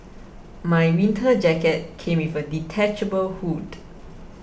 my winter jacket came with a detachable hood